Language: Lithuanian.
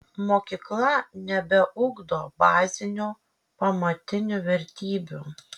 mokykla nebeugdo bazinių pamatinių vertybių